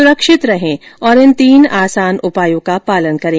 सुरक्षित रहें और इन तीन आसान उपायों का पालन करें